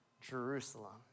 Jerusalem